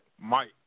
Mike